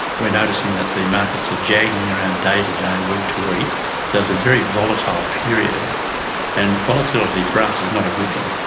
we're noticing that the markets are jagging around day to day, week to week. so it's a very volatile period and volatility for us is not a good thing.